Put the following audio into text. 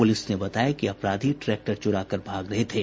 police ने बताया कि अपराधी ट्रैक्टर चुराकर भाग रहे थे